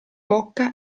bocca